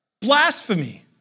Blasphemy